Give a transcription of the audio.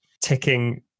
ticking